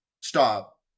Stop